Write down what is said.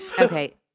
Okay